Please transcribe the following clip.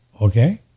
Okay